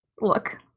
Look